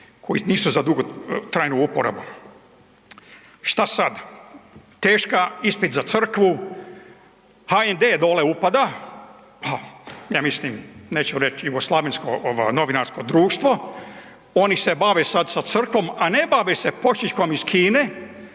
koji nisu za dugotrajnu uporabu. Šta sada? Teška ispit za crkvu, HND dole upada, ja mislim neću reći jugoslavensko novinarsko društvo, oni se bave sad sa crkvom, a ne bave se pošiljkom iz Kine,